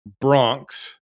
Bronx